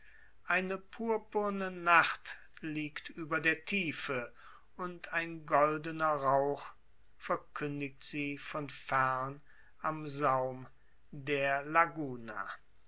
eine purpurne nacht liegt über der tiefe und ein goldener rauch verkündigt sie von fern am saum der laguna